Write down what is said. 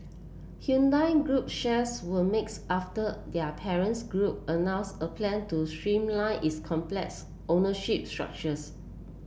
Hyundai Group shares were mixed after their parents group announced a plan to streamline its complex ownership structures